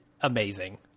amazing